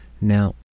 Now